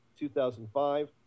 2005